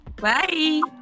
Bye